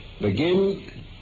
Begin